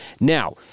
Now